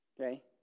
Okay